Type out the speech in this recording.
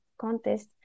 contest